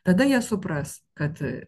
tada jie supras kad